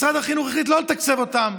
משרד החינוך החליט לא לתקצב אותם,